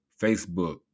Facebook